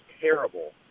terrible